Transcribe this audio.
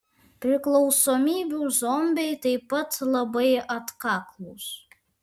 priklausomybių zombiai taip pat labai atkaklūs